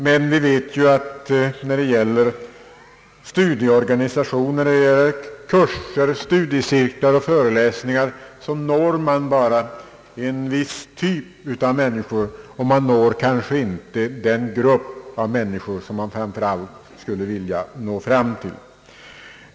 Men när det gäller studieorganisationer, kurser, studiecirklar och föreläsningar vet vi att man når bara en viss typ av människor, man når kanske inte den grupp av människor som man framför allt skulle vilja nå fram till.